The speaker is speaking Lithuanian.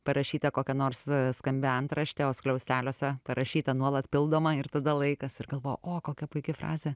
parašyta kokia nors skambi antraštė o skliausteliuose parašyta nuolat pildoma ir tada laikas ir galvoji o kokia puiki frazė